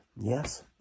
Yes